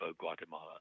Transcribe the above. Guatemala